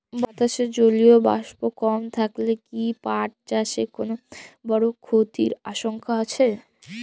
বাতাসে জলীয় বাষ্প কম থাকলে কি পাট চাষে কোনো বড় ক্ষতির আশঙ্কা আছে?